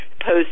opposed